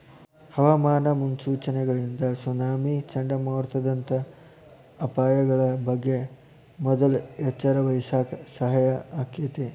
ಹವಾಮಾನ ಮುನ್ಸೂಚನೆಗಳಿಂದ ಸುನಾಮಿ, ಚಂಡಮಾರುತದಂತ ಅಪಾಯಗಳ ಬಗ್ಗೆ ಮೊದ್ಲ ಎಚ್ಚರವಹಿಸಾಕ ಸಹಾಯ ಆಕ್ಕೆತಿ